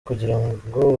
kugirango